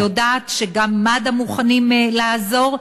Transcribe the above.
אני יודעת שגם מד"א מוכנים לעזור,